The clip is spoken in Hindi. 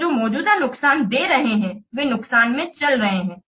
तो जो मौजूदा नुकसान दे रहे हैं वे नुकसान में चल रहे हैं